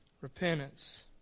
Repentance